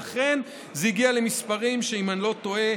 לכן זה הגיע למספרים, אם אני לא טועה,